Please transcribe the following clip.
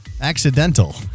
accidental